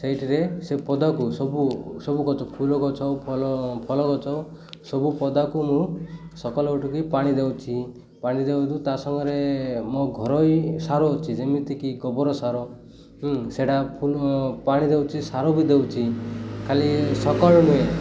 ସେଇଠାରେ ସେ ପଦାକୁ ସବୁ ସବୁ ଗଛ ଫୁଲ ଗଛ ଫଳ ଫଳ ଗଛ ସବୁ ପଦାକୁ ମୁଁ ସକାଳୁ ଉଠିକି ପାଣି ଦଉଛି ପାଣି ଦଉ ଦଉ ତା ସାଙ୍ଗରେ ମୋ ଘରୋଇ ସାର ଅଛି ଯେମିତିକି ଗୋବର ସାର ସେଇଟା ଫୁଲ ପାଣି ଦଉଛି ସାର ବି ଦଉଛି ଖାଲି ସକାଳୁ ନୁହେଁ